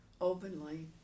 openly